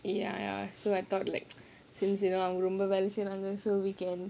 ya ya so I thought like since you know வந்து சொன்னாங்க:vandhu sonnaanga so we can